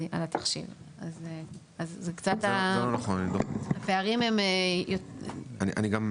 על התחשיב אז הפערים הם --- זה לא נכון,